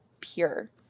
pure